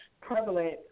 prevalent